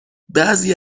بعضی